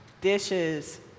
dishes